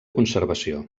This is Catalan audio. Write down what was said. conservació